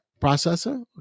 processor